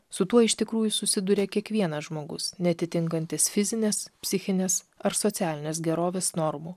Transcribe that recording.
su tuo iš tikrųjų susiduria kiekvienas žmogus neatitinkantis fizinės psichinės ar socialinės gerovės normų